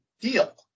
deal